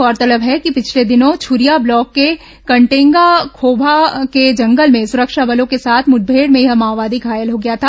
गौरतलब है कि पिछले दिनों छरिया ब्लॉक के कटेंगा खोभा के जंगल में सुरक्षा बलों के साथ मुठभेड़ में यह माओवादी घायल हो गया था